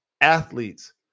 athletes